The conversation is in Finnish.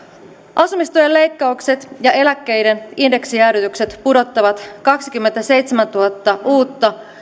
asumistuen leikkaukset ja eläkkeiden indeksijäädytykset pudottavat kaksikymmentäseitsemäntuhatta uutta